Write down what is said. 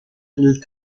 del